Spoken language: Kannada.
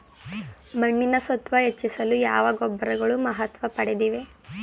ಮಣ್ಣಿನ ಸತ್ವ ಹೆಚ್ಚಿಸಲು ಯಾವ ಗೊಬ್ಬರಗಳು ಮಹತ್ವ ಪಡೆದಿವೆ?